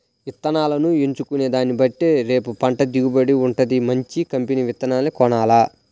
ఇత్తనాలను ఎంచుకునే దాన్నిబట్టే రేపు పంట దిగుబడి వుంటది, మంచి కంపెనీ విత్తనాలనే కొనాల